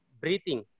breathing